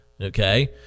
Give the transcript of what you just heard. okay